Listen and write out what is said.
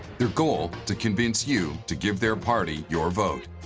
their goal to convince you to give their party your vote.